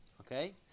Okay